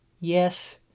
Yes